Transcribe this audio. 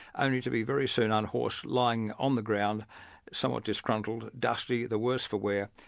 only to be very soon unhorsed, lying on the ground somewhat disgruntled, dusty, the worse for wear,